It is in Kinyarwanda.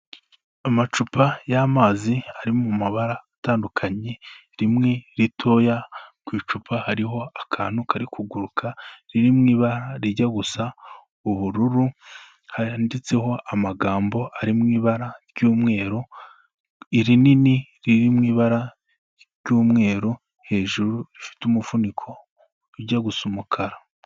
Amacupa y'amazi ari mu mabara atandukanye, rimwe ritoya, ku icupa hariho akantu kari kuguruka, riri mu ibara rijya gusa ubururu, handitseho amagambo ari mu ibara ry'umweru, irinini riri mu ibara ry'umweru, hejuru rifite umufuniko ujya gusa umukara.